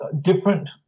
different